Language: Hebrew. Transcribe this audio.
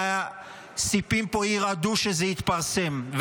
והסיפים פה ירעדו כשזה יתפרסם.